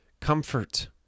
Comfort